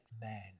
man